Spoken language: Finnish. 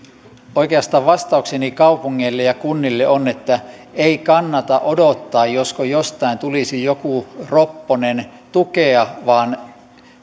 oikeastaan vastaukseni kaupungeille ja kunnille on että ei kannata odottaa josko jostain tulisi joku ropponen tukea vaan